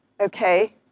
okay